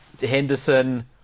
Henderson